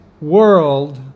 world